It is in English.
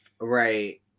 Right